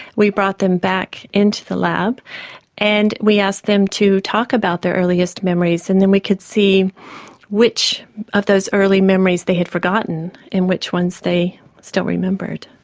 we brought them back into the lab and we asked them to talk about their earliest memories and then we could see which of those early memories they had forgotten and which ones they still remembered.